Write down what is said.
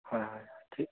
হয় হয় ঠিক